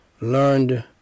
learned